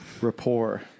rapport